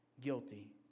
guilty